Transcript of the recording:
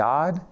God